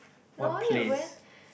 what place